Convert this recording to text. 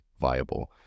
viable